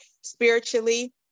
spiritually